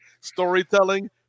storytelling